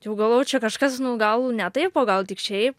jau galvoju čia kažkas gal ne taip o gal tik šiaip